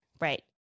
Right